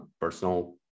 personal